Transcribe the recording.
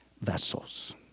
vessels